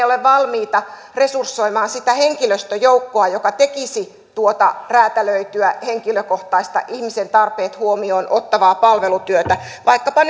ole valmiita resursoimaan sitä henkilöstöjoukkoa joka tekisi tuota räätälöityä henkilökohtaista ihmisen tarpeet huomioon ottavaa palvelutyötä vertailuna vaikkapa